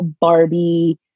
Barbie